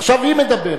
עכשיו היא מדברת.